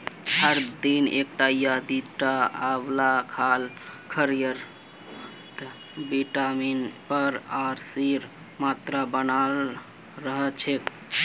हर दिन एकटा या दिता आंवला खाल शरीरत विटामिन एर आर सीर मात्रा बनाल रह छेक